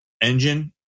engine